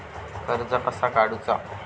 कर्ज कसा काडूचा?